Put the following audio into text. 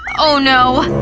oh no.